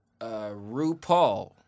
RuPaul